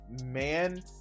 man